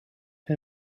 him